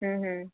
अ हूं